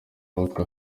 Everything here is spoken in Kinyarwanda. uwitwa